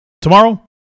Tomorrow